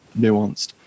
nuanced